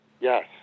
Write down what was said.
Yes